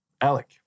Alec